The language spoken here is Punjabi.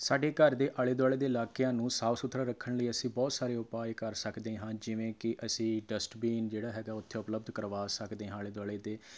ਸਾਡੇ ਘਰ ਦੇ ਆਲੇ ਦੁਆਲੇ ਦੇ ਇਲਾਕਿਆਂ ਨੂੰ ਸਾਫ ਸੁਥਰਾ ਰੱਖਣ ਲਈ ਅਸੀਂ ਬਹੁਤ ਸਾਰੇ ਉਪਾਅ ਕਰ ਸਕਦੇ ਹਾਂ ਜਿਵੇਂ ਕਿ ਅਸੀਂ ਡਸਟਬੀਨ ਜਿਹੜਾ ਹੈਗਾ ਉੱਥੇ ਉਪਲਬਧ ਕਰਵਾ ਸਕਦੇ ਹਾਂ ਆਲੇ ਦੁਆਲੇ ਦੇ